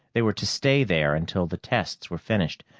they were to stay there until the tests were finished,